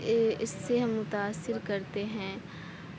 اِس سے ہم متاثر کرتے ہیں